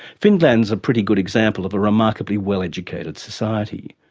finland is a pretty good example of a remarkably well educated society.